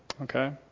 Okay